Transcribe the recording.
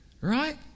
right